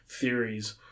theories